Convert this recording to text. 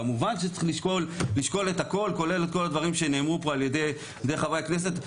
כמובן שצריך לשקול את הכל כולל כל הדברים שנאמרו פה על ידי חברי הכנסת.